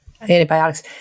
antibiotics